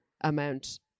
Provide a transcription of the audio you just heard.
amount